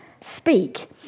speak